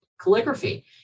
calligraphy